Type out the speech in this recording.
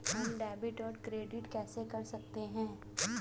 हम डेबिटऔर क्रेडिट कैसे कर सकते हैं?